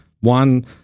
one